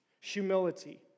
humility